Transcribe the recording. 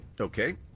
Okay